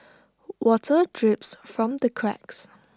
water drips from the cracks